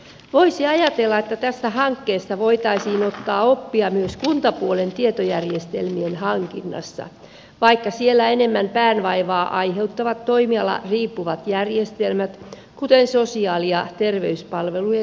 voisi ajatella että tästä hankkeesta voitaisiin ottaa oppia myös kuntapuolen tietojärjestelmien hankinnassa vaikka siellä enemmän päänvaivaa aiheuttavat toimialariippuvat järjestelmät kuten sosiaali ja terveyspalvelujen tietojärjestelmä